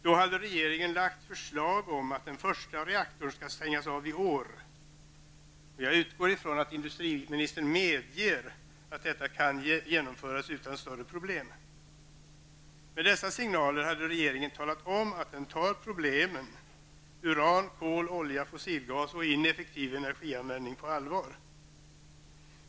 Då hade regeringen lagt fram förslag om att den första reaktorn skall stängas av i år. Jag utgår ifrån att industriministern medger att detta kan genomföras utan större problem. Med dessa signaler hade regeringen talat om att den tar problemen -- uran, kol, olja, fossilgas och ineffektiv energianvändning -- på allvar.